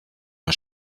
nur